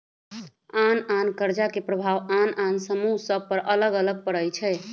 आन आन कर्जा के प्रभाव आन आन समूह सभ पर अलग अलग पड़ई छै